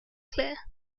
clear